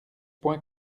point